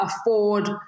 afford